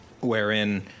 wherein